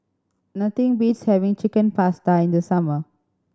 nothing beats having Chicken Pasta in the summer